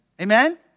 Amen